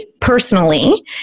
personally